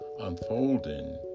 unfolding